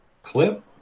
Clip